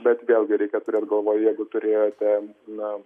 bet vėlgi reikia turėt galvoje jeigu turėjote na